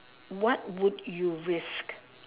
what would you risk